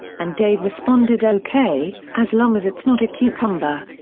and dave responded ok, as long as it's not a cucumber.